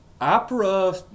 opera